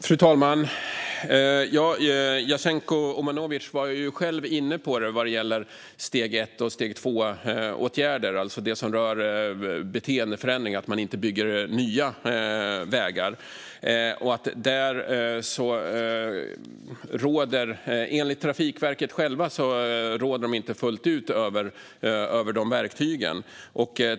Fru talman! Jasenko Omanovic var själv inne på steg 1 och steg 2-åtgärderna, det vill säga det som rör beteendeförändringar och inte att bygga nya vägar. Enligt Trafikverket självt råder man inte fullt ut över dessa verktyg.